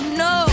no